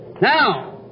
Now